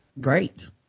Great